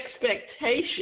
expectation